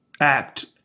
Act